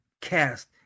cast